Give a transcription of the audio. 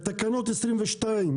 בתקנות 22',